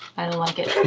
i don't like it.